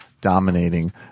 dominating